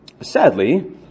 Sadly